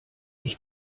ich